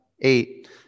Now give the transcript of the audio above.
eight